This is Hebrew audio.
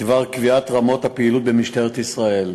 בדבר קביעת רמות הפעילות במשטרת ישראל.